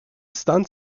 están